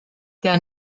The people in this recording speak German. der